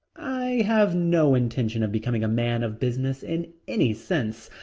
i have no intention of becoming a man of business in any sense.